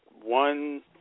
one